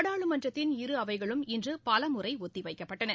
நாடாளுமன்றத்தின் இரு அவைகளும் இன்று பல முறை ஒத்திவைக்கப்பட்டன